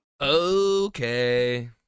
Okay